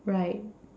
right